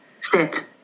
Sit